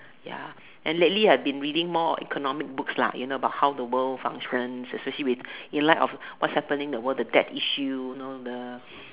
ya and lastly I have been reading more of economic books lah in about how the world functions especially with in like of what's happening the world the debts issue know the